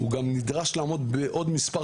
מי שמסמיך אותו הוא השר לביטחון לאומי,